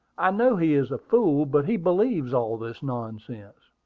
i know he is a fool but he believes all this nonsense.